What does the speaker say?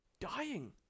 dying